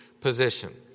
position